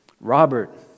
Robert